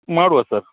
ಮಾಡುವ ಸರ್